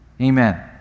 Amen